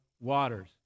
waters